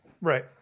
Right